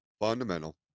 Fundamental